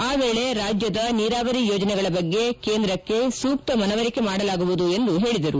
ಆ ವೇಳೆ ರಾಜ್ಯದ ನೀರಾವರಿ ಯೋಜನೆಗಳ ಬಗ್ಗೆ ಕೇಂದ್ರಕ್ಕೆ ಸೂಕ್ತ ಮನವರಿಕೆ ಮಾಡಲಾಗುವುದು ಎಂದು ಹೇಳಿದರು